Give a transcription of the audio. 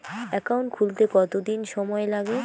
Account খুলতে কতদিন সময় লাগে?